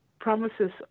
promises